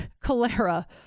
cholera